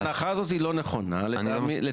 ההנחה הזאת לא נכונה לטעמי.